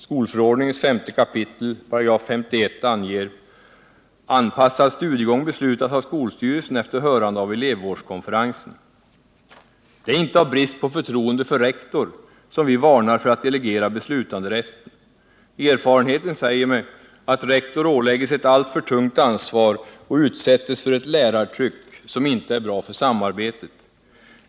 Skolförordningens 5 kap. 51 § anger: Det är inte av brist på förtroende för rektor, som vi varnar för att delegera beslutanderätten. Erfarenheten säger mig att rektor ålägges ett alltför tungt ansvar och utsättes för ett lärartryck, som inte är bra för samarbetet.